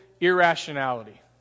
irrationality